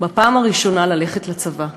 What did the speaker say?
בפעם הראשונה, ללכת לצבא.